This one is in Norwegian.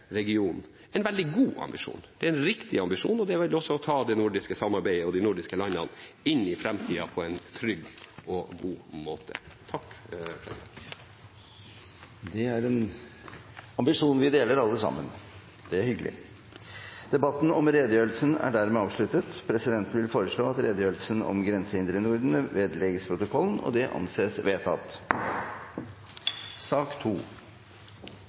region, en veldig god ambisjon og en riktig ambisjon som vil ta det nordiske samarbeidet og de nordiske land inn i framtiden på en trygg og god måte. Det er en ambisjon vi deler alle sammen, og det er hyggelig. Debatten om redegjørelsen er dermed avsluttet. Presidenten vil foreslå at redegjørelsen om grensehindre i Norden vedlegges protokollen. – Det anses vedtatt.